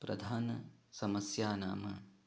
प्रधाना समस्या नाम